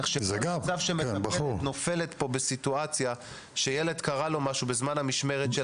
תחשבו על מצב שמטפלת נופלת פה בסיטואציה שלילד קרה משהו בזמן המשמרת.